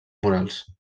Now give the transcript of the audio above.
murals